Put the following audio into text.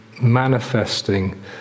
manifesting